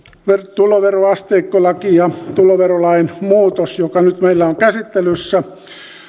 tuloveroasteikkolaki ja tuloverolain muutos joka nyt meillä on käsittelyssä